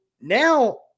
now